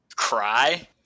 Cry